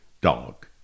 dog